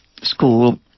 school